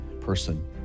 person